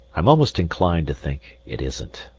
i'm almost inclined to think it isn't.